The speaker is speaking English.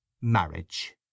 marriage